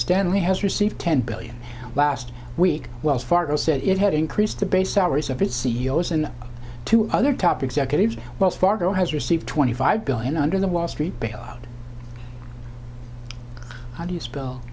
stanley has received ten billion last week wells fargo said it had increased the base salaries of its c e o s in two other top executives wells fargo has received twenty five billion under the wall street bailout how do you spell